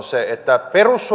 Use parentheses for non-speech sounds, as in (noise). (unintelligible) se että